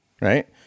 right